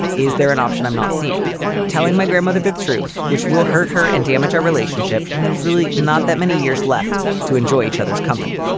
is there an option i'm not seeing telling my grandmother the truth which will hurt her and damage our relationship when there's really not that many years left to enjoy each other's company?